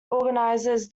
organises